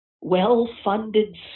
well-funded